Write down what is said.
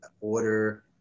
order